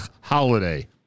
holiday